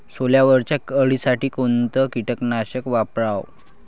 सोल्यावरच्या अळीसाठी कोनतं कीटकनाशक वापराव?